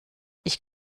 ich